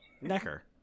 Necker